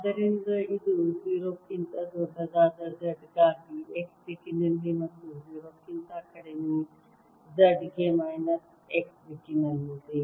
ಆದ್ದರಿಂದ ಇದು 0 ಕ್ಕಿಂತ ದೊಡ್ಡದಾದ z ಗಾಗಿ x ದಿಕ್ಕಿನಲ್ಲಿ ಮತ್ತು 0 ಕ್ಕಿಂತ ಕಡಿಮೆ z ಗೆ ಮೈನಸ್ x ದಿಕ್ಕಿನಲ್ಲಿದೆ